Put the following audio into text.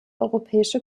europäische